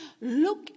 Look